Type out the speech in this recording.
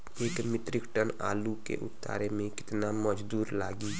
एक metric tonne आलू के उतारे मे कितना मजदूर लागि?